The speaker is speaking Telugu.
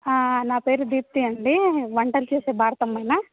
నా పేరు దీప్తి అండి వంటలు చేసే భారతమ్మేనా